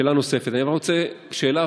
שאלה נוספת: אני רק רוצה שאלה